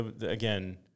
again